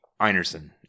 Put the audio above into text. Einerson